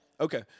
Okay